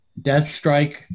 Deathstrike